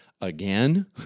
Again